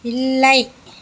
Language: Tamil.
இல்லை